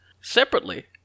separately